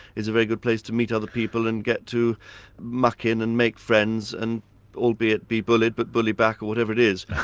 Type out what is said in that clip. is a very good place to meet other people and get to muck in and make friends, and albeit be bullied, but bully back or whatever it is.